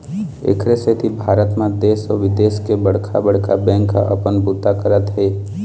एखरे सेती भारत म देश अउ बिदेश के बड़का बड़का बेंक ह अपन बूता करत हे